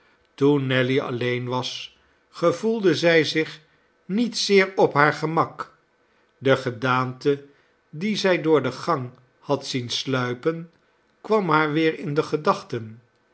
toen nelly alleen was gevoelde zij zich niet zeer op haar gemak de gedaante die zij door den gang had zien sluipen kwam haar weer in de gedachten